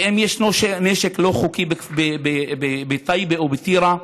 כי אם ישנו נשק לא חוקי בטייבה או בטירה,